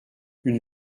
une